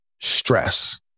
Stress